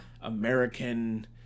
American